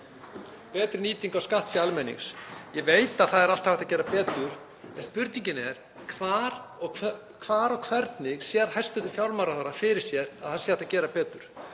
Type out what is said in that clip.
betri nýtingu á skattfé almennings. Ég veit að það er alltaf hægt að gera betur en spurningin er: Hvar og hvernig sér hæstv. fjármálaráðherra fyrir sér að hægt sé að gera betur?